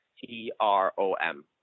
T-R-O-M